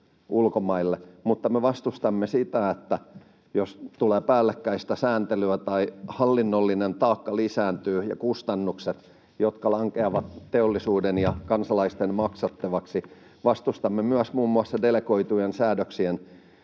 Mutta me vastustamme sitä, jos tulee päällekkäistä sääntelyä tai hallinnollinen taakka lisääntyy ja kustannukset, jotka lankeavat teollisuuden ja kansalaisten maksettavaksi. Vastustamme myös muun muassa delegoitujen säädöksien siirtämää